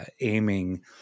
aiming